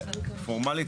פורמלית,